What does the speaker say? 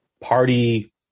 party